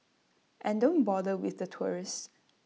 and don't bother with the tourists